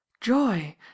joy